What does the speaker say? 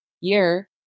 year